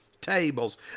tables